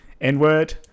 N-word